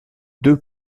deux